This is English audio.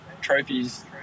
trophies